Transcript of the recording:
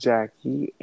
Jackie